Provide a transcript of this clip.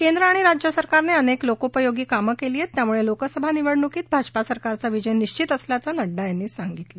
केंद्र आणि राज्य सरकारनं अनेक लोकोपयोगी कामं केली आहेत त्यामुळे लोकसभा निवडणुकीत भाजपा सरकारचा विजय निबित असल्याचं नड्डा यांनी सांगितलं